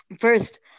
First